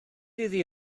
iddi